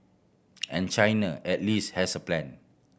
and China at least has a plan